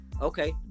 Okay